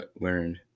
learned